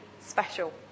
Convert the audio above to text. special